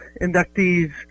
inductees